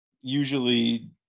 usually